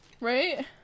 right